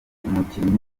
umukinnyi